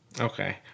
Okay